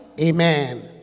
Amen